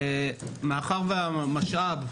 מאחר והמשאב,